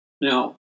Now